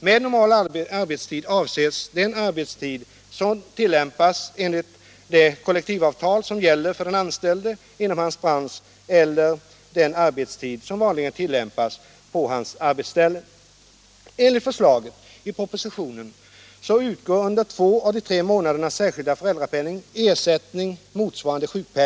Med normal arbetstid avses den arbetstid som tillämpas enligt det kollektivavtal som gäller för den anställde inom hans bransch eller den arbetstid som vanligen tillämpas på hans arbetsställe. lägst med belopp motsvarande garantinivån.